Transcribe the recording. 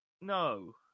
No